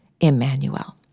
Emmanuel